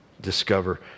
discover